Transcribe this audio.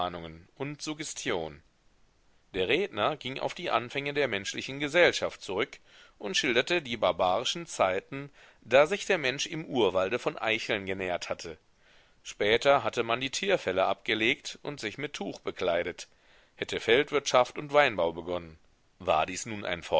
und suggestion der redner ging auf die anfänge der menschlichen gesellschaft zurück und schilderte die barbarischen zeiten da sich der mensch im urwalde von eicheln genährt hatte später hätte man die tierfelle abgelegt und sich mit tuch bekleidet hätte feldwirtschaft und weinbau begonnen war dies nun ein